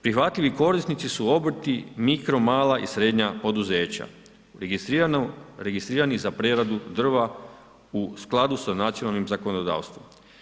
Prihvatljivi korisnici su obrti, mikro, mala i srednja poduzeća registrirani za preradu drva u skladu sa nacionalnim zakonodavstvom.